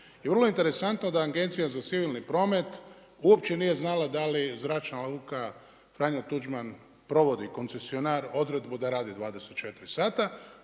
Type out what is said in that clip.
I vrlo interesantno da Agencija za civilni promet uopće nije znala da li zračna luka Franjo Tuđman provodi koncesionar odredbu da radi 24h.